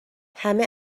همه